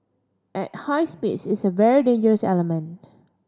at high speeds it's a very dangerous element